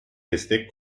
destek